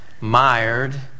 mired